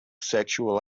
sexual